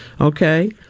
Okay